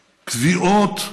תביעות,